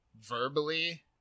verbally